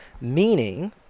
meaning